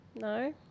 No